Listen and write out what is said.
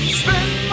spend